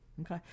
Okay